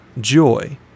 joy